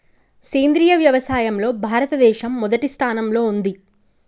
సేంద్రియ వ్యవసాయంలో భారతదేశం మొదటి స్థానంలో ఉంది